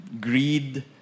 greed